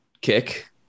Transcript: kick